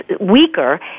weaker